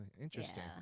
Interesting